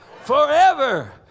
forever